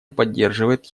поддерживает